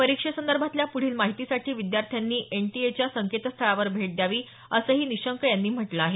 परीक्षेसंदर्भातल्या पुढील माहितीसाठी विद्यार्थ्यांनी एनटीएच्या संकेस्थळावर भेट द्यावी असंही निशंक यांनी म्हटलं आहे